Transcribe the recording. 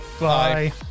Bye